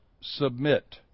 submit